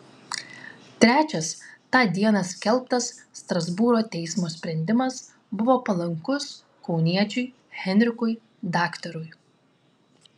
trečias tą dieną skelbtas strasbūro teismo sprendimas buvo palankus kauniečiui henrikui daktarui